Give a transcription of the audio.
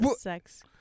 Sex